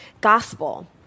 gospel